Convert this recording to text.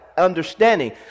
understanding